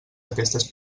aquestes